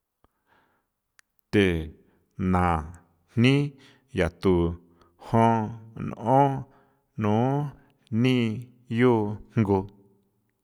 The, na, jni, yatu, jon, n'on, nu, ni, yu, jngu.